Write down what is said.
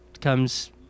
comes